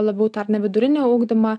labiau tą ir vidurinį ugdymą